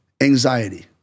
anxiety